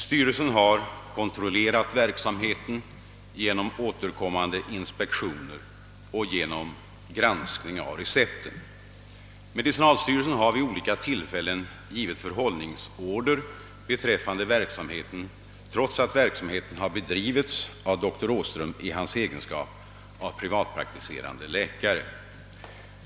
Styrelsen har kontrollerat verksamheten genom återkommande inspektioner och genom granskning av recepten. Medicinalstyrelsen har även vid olika tillfällen givit förhållningsorder beträffande verksamheten trots att den har bedrivits av doktor Åhström i hans egenskap av privatpraktiserande läkare.